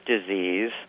disease